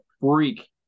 freak